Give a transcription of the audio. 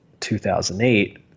2008